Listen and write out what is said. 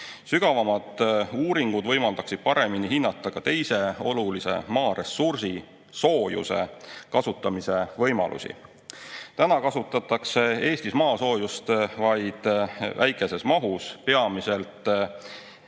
Sügavamad uuringud võimaldaksid paremini hinnata ka teise olulise maaressursi, soojuse kasutamise võimalusi. Praegu kasutatakse Eestis maasoojust vaid väikeses mahus, peamiselt